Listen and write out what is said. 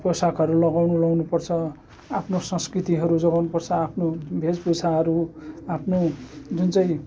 पोसाकहरू लगाउनु लगाउनु पर्छ आफ्नो संस्कृतिहरू जोगाउनु पर्छ आफ्नो भेषभूषाहरू आफ्नो जुन चाहिँ